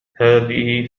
هذه